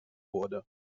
wurde